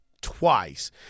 Twice